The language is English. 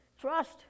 trust